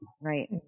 right